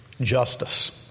justice